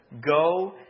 go